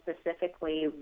specifically